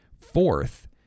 fourth